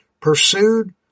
pursued